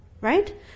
Right